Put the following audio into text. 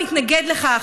מתנגד לכך.